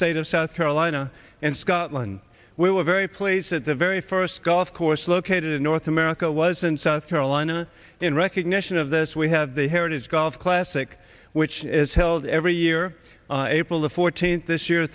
state of south carolina and scotland we were very pleased at the very first golf course located in north america was in south carolina in recognition of this we have the heritage golf classic which is held every year on april the fourteenth this year